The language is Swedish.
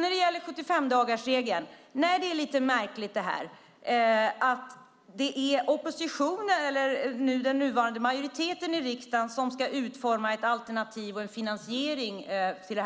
När det gäller 75-dagarsregeln är det lite märkligt att oppositionen, eller den nuvarande majoriteten i riksdagen, skulle utforma ett alternativ till och en finansiering